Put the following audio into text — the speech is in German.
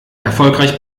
erfolgreich